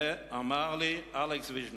אמר לי אלכס ויז'ניצר,